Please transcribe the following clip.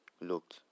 looked